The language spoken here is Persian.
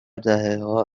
دههها